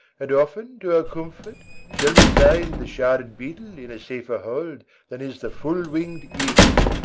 and often to our comfort shall we find the sharded beetle in a safer hold than is the full-wing'd eagle.